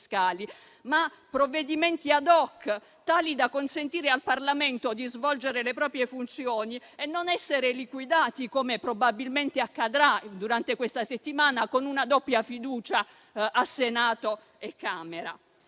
ma provvedimenti *ad hoc* tali da consentire al Parlamento di svolgere le proprie funzioni e non essere liquidati, come probabilmente accadrà durante questa settimana, con una doppia fiducia al Senato e alla